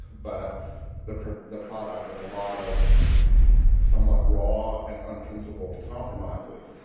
but the the product of a lot of somewhat raw and unprincipled compromises.